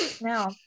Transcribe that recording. now